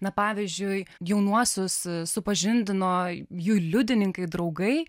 na pavyzdžiui jaunuosius supažindino jų liudininkai draugai